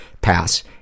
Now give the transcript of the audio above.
pass